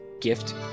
gift